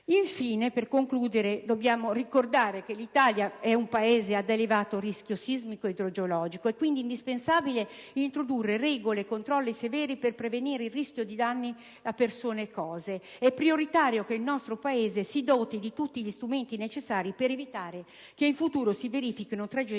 Infine, per concludere, dobbiamo ricordare che l'Italia è un Paese ad elevato rischio sismico e idrogeologico. È quindi indispensabile introdurre regole e controlli severi per prevenire il rischio di danni a persone e cose. È prioritario che il nostro paese si doti di tutti gli strumenti necessari per evitare che in futuro si verifichino tragedie